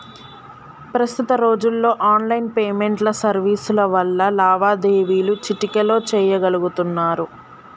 ప్రస్తుత రోజుల్లో online payment సర్వీసుల వల్ల లావాదేవీలు చిటికెలో చెయ్యగలుతున్నరు